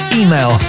email